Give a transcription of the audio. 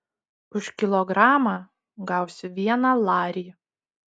už kilogramą gausiu vieną larį